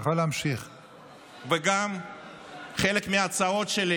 וגם חלק מההצעות שלי